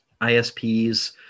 ISPs